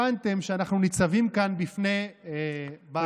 הבנתם שאנחנו ניצבים כאן בפני בעיות,